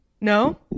no